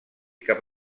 cap